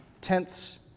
tenths